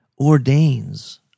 ordains